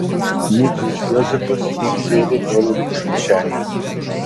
murzius jozefas susižėrė dolerius į kišenę